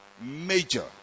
major